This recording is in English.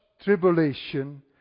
tribulation